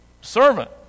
servant